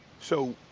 so,